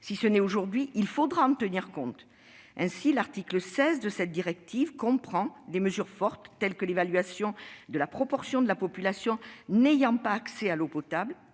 Si ce n'est fait aujourd'hui, il faudra, à l'avenir, en tenir compte. Ainsi, l'article 16 de cette directive comprend des mesures fortes telles que l'évaluation de la proportion de la population n'ayant pas accès à l'eau potable